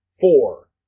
Four